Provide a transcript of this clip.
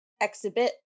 exhibit